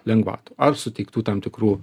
lengvatų ar suteiktų tam tikrų